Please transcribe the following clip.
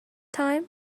time